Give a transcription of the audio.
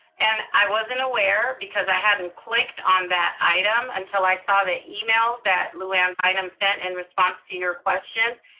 and i wasn't aware, because i hadn't clicked on that item until i saw the email that lou anne bynum sent in response to your questions.